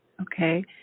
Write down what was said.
Okay